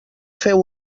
feu